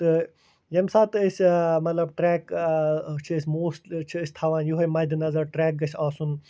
تہٕ ییٚمہِ ساتہٕ أسۍ مطلب ٹرٛٮ۪ک چھِ أسۍ موس چھِ أسۍ تھاوان یِہوٚے مَدِ نظر ٹرٛٮ۪ک گژھِ آسُن